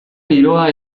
giroa